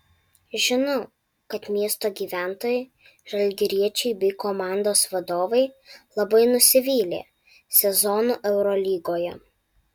žinau kad miesto gyventojai žalgiriečiai bei komandos vadovai labai nusivylė sezonu eurolygoje